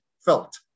felt